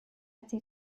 été